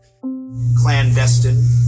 Clandestine